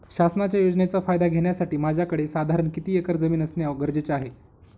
शासनाच्या योजनेचा फायदा घेण्यासाठी माझ्याकडे साधारण किती एकर जमीन असणे गरजेचे आहे?